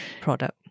product